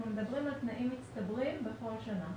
אנחנו מדברים על תנאים מצטברים בכל שנה.